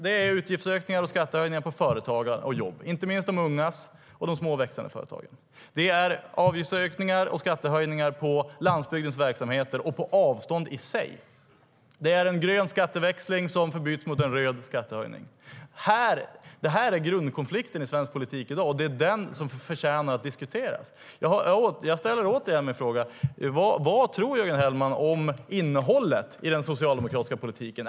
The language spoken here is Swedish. Det är utgiftsökningar och skattehöjningar på företagande och jobb, inte minst på de små och växande företagen och på jobben för unga. Det är avgiftsökningar och skattehöjningar på landsbygdens verksamheter - och på avstånd i sig. Det är en grön skatteväxling som förbytts mot en röd skattehöjning. Detta är grundkonflikten i svensk politik i dag, och det är den som förtjänar att diskuteras. Jag ställer återigen mina frågor. Vad tror Jörgen Hellman om innehållet i den socialdemokratiska politiken?